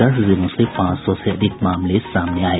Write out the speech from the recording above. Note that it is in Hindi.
दस जिलों से पांच सौ से अधिक मामले सामने आये